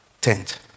tent